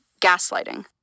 gaslighting